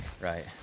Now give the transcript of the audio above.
Right